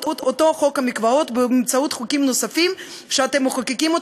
אותו חוק המקוואות ובאמצעות חוקים נוספים שאתם מחוקקים,